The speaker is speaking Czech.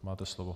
Máte slovo.